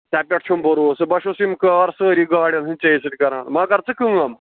ژےٚ پٮ۪ٹھ چھُم بروسہٕ بہٕ چھُس یِم کار سٲری گاڑٮ۪ن ہٕنٛدۍ ژےٚ سۭتۍ کَران وۅنۍ کَر ژٕ کٲم